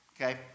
Okay